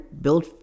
build